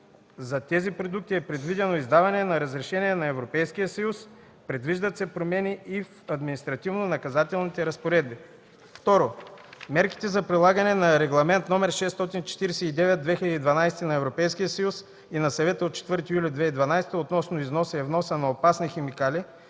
за тези продукти е предвидено издаване на разрешение на Европейския съюз. Предвиждат се промени и в административно-наказателните разпоредби. 2. Мерките за прилагане на Регламент (ЕС) № 649/2012 на Европейския парламент и на Съвета от 4 юли 2012 г. относно износа и вноса на опасни химикали